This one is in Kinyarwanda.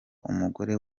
umugore